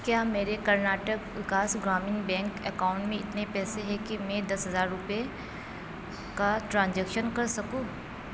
کیا میرے Karnataka Vikas Grameen bank account میں اتنے پیسے ہیں کہ میں دس ہزار روپئے کا ٹرانزیکشن کر سکوں